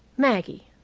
maggie,